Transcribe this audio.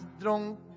drunk